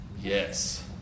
Yes